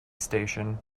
station